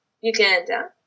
Uganda